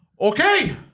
Okay